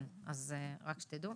אז רק שתדעו.